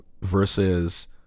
versus